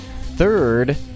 third